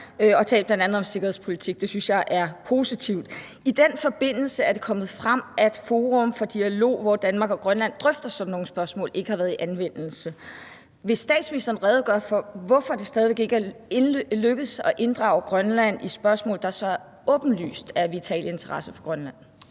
og har bl.a. talt om sikkerhedspolitik. Det synes jeg er positivt. I den forbindelse er det kommet frem, at forum for dialog, hvor Danmark og Grønland drøfter sådan nogle spørgsmål, ikke har været taget i anvendelse. Vil statsministeren redegøre for, hvorfor det stadig væk ikke er lykkedes at inddrage Grønland i spørgsmål, der så åbenlyst er af vital interesse for Grønland?